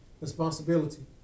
responsibility